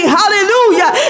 hallelujah